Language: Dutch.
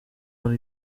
van